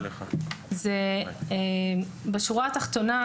בשורה התחתונה,